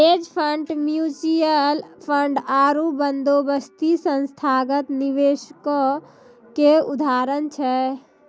hedge fund, mutual fund आरु बंदोबस्ती संस्थागत निवेशको के उदाहरण छै